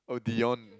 oh Dion